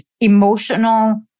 emotional